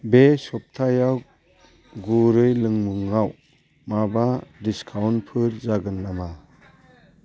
बे सबथायाव गुरै लोंमुंआव माबा डिसकाउन्टफोर जागोन नामा